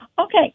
Okay